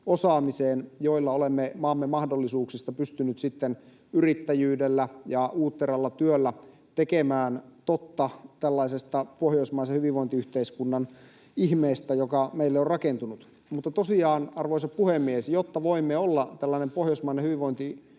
osaamiseen, joilla olemme maamme mahdollisuuksista pystyneet sitten yrittäjyydellä ja uutteralla työllä tekemään totta tällaisesta pohjoismaisen hyvinvointiyhteiskunnan ihmeestä, joka meille on rakentunut. Mutta tosiaan, arvoisa puhemies, jotta voimme olla tällainen pohjoismainen hyvinvointiyhteiskunta